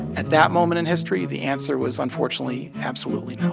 at that moment in history, the answer was, unfortunately, absolutely not